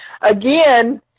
Again